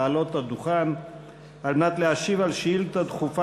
לעלות על הדוכן ולהשיב על שאילתה דחופה